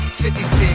56